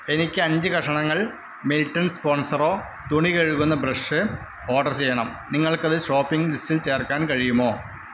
എനിക്ക് അഞ്ച് കഷ്ണങ്ങൾ മിൽട്ടൺ സ്പോൺസറോ തുണി കഴുകുന്ന ബ്രഷ് ഓർഡർ ചെയ്യണം നിങ്ങൾക്കത് ഷോപ്പിംഗ് ലിസ്റ്റിൽ ചേർക്കാൻ കഴിയുമോ